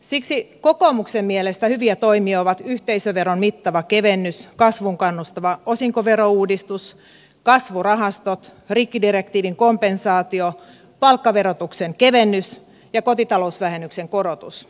siksi kokoomuksen mielestä hyviä toimia ovat yhteisöveron mittava kevennys kasvuun kannustava osinkoverouudistus kasvurahastot rikkidirektiivin kompensaatio palkkaverotuksen kevennys ja kotitalousvähennyksen korotus